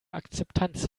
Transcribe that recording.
akzeptanz